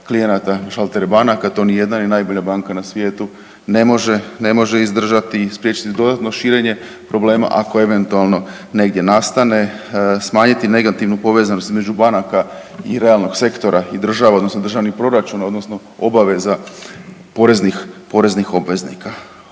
klijenata na šaltere banaka, to nijedna i najbolja banka na svijetu ne može izdržati i spriječiti dodatno širenje problema, ako eventualno negdje nastane, smanjiti negativnu povezanost između banaka i realnog sektora i država, odnosno državnih proračuna, odnosno obaveza poreznih obveznika.